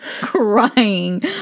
crying